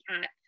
cat